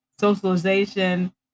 socialization